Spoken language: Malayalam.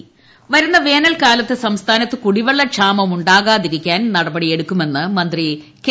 നിയമസഭ ചോദ്യം വരുന്ന വേനൽക്കാലത്ത് സംസ്ഥാനത്ത് കുടിവെള്ളക്ഷാമം ഉണ്ടാകാതിരിക്കാൻ നടപടിയെടുക്കുമെന്ന് മന്ത്രി കെ